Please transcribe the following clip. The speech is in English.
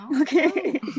Okay